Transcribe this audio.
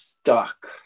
stuck